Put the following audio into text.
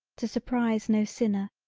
to surprise no sinner,